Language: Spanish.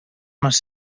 más